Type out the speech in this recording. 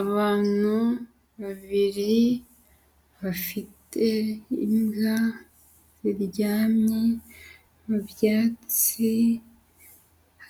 Abantu babiri bafite imbwa ziryamye mu byatsi,